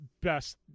best